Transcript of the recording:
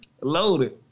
Loaded